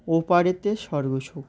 ও পারেতে সর্বসুখ